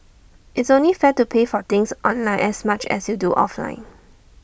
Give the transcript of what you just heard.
it's only fair to pay for things online as much as you do offline